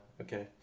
okay